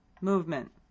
movement